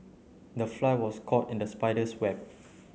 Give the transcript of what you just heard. the fly was caught in the spider's web